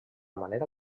manera